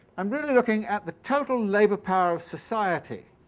i'm really looking at the total labour power of society